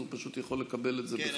אז הוא פשוט יכול לקבל את זה בכתב.